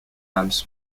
amps